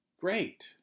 great